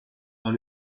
dans